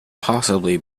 possibly